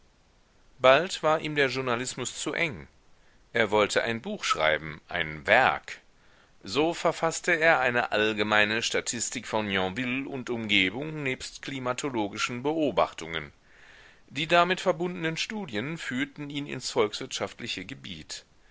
bald war ihm der journalismus zu eng er wollte ein buch schreiben ein werk so verfaßte er eine allgemeine statistik von yonville und umgebung nebst klimatologischen beobachtungen die damit verbundenen studien führten ihn ins volkswirtschaftliche gebiet